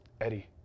Eddie